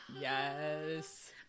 Yes